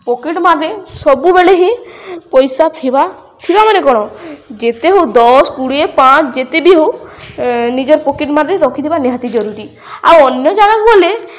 pocket ମାର୍ରେ ସବୁବେଳେ ହିଁ ପଇସା ଥିବା ଥିବା ମାନେ କ'ଣ ଯେତେ ହଉ ଦଶ କୁଡ଼ିଏ ପାଞ୍ଚ ଯେତେ ବି ହଉ ନିଜ ପକେଟ୍ ମାର୍ରେ ରଖିଥିବା ନିହାତି ଜରୁରୀ ଆଉ ଅନ୍ୟ ଜାଗା କୁ ଗଲେ